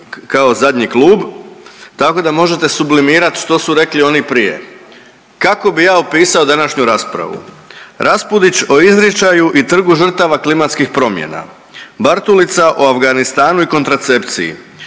kao zadnji klub tako da možete sublimirat što su rekli oni prije. Kako bi ja opisao današnju raspravu? Raspudić o izričaju i trgu žrtva klimatskih promjena, Bartulica o Afganistanu i kontracepciji,